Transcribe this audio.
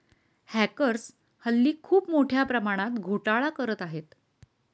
hackers हल्ली खूप मोठ्या प्रमाणात घोटाळा करत आहेत